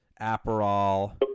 Aperol